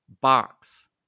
box